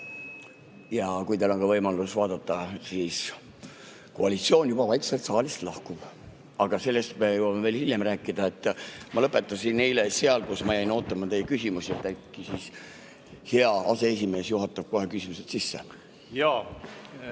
Ja kui teil on ka võimalus vaadata, siis näete, et koalitsioon juba vaikselt saalist lahkub. Aga sellest me jõuame hiljem veel rääkida. Ma lõpetasin eile seal, kus ma jäin ootama teie küsimusi, äkki siis hea aseesimees juhatab kohe küsimused sisse.